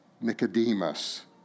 Nicodemus